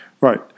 Right